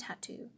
tattoo